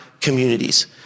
communities